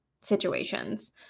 situations